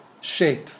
shape